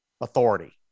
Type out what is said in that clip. authority